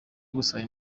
gusaba